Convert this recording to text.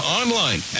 online